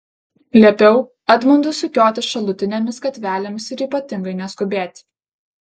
liepiau edmundui sukiotis šalutinėmis gatvelėmis ir ypatingai neskubėti